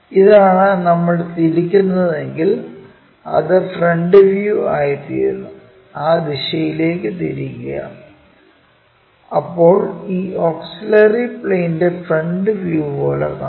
ഇതാണ് നമ്മൾ തിരിക്കുന്നതെങ്കിൽ അത് ഫ്രണ്ട് വ്യൂ ആയിത്തീരുന്നു ആ ദിശയിലേക്ക് തിരിക്കുക അപ്പോൾ ഈ ഓക്സിലറി പ്ലെയിനിന്റെ ഫ്രണ്ട് വ്യൂ പോലെ കാണും